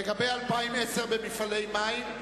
לגבי 2010 בסעיף מפעלי מים,